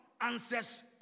answers